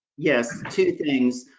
yes, two things.